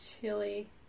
chili